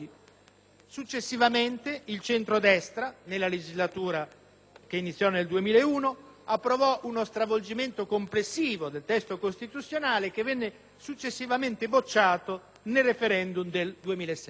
Successivamente il centrodestra nella legislatura che iniziò nel 2001 approvò uno stravolgimento complessivo del testo costituzionale, che venne successivamente bocciato nel referendum del 2006.